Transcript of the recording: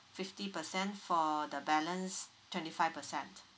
fifty percent for the balance twenty five percent